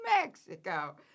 Mexico